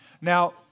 Now